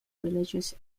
religious